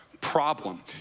problem